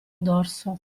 dorso